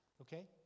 Okay